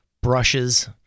brushes